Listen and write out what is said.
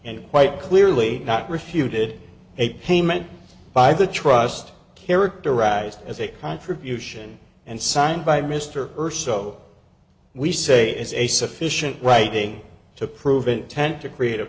and quite clearly not refuted a payment by the trust characterized as a contribution and signed by mr earth so we say it is a sufficient writing to prove intent to create a